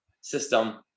system